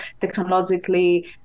technologically